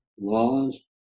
laws